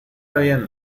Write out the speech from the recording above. bien